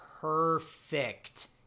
perfect